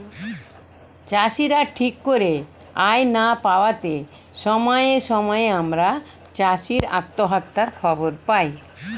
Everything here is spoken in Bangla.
চাষীরা ঠিক করে আয় না পাওয়াতে সময়ে সময়ে আমরা চাষী আত্মহত্যার খবর পাই